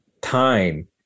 time